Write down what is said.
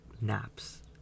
naps